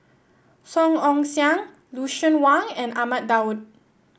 Song Ong Siang Lucien Wang and Ahmad Daud